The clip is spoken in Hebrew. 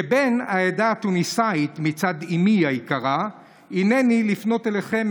כבן העדה התוניסאית מצד אימי היקרה הינני לפנות אליכם,